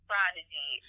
prodigy